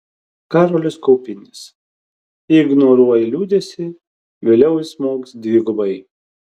karolis kaupinis jei ignoruoji liūdesį vėliau jis smogs dvigubai